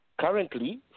Currently